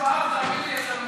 אה, הינה, עכשיו מראים אותי.